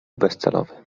bezcelowy